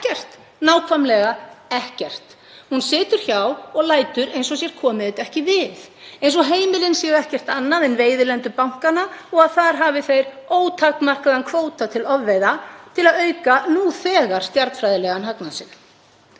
Ekkert, nákvæmlega ekkert. Hún situr hjá og lætur eins og henni komi þetta ekki við. Eins og heimilin séu ekkert annað en veiðilendur bankanna og þar hafi þeir ótakmarkaðan kvóta til ofveiða til að auka nú þegar stjarnfræðilegan hagnað sinn.